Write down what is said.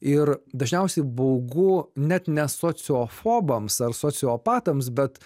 ir dažniausiai baugu net ne sociofobams ar sociopatams bet